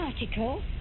article